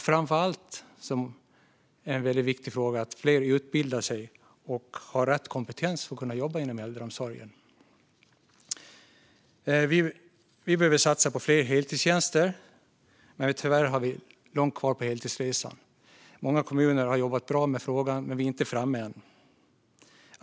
Framför allt är det dock väldigt viktigt att fler utbildar sig och har rätt kompetens för att kunna jobba i äldreomsorgen. Vi behöver satsa på fler heltidstjänster. Tyvärr har vi långt kvar på heltidsresan, även om många kommuner har jobbat bra med frågan. Vi är inte framme än.